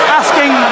asking